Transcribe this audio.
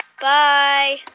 Bye